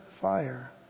fire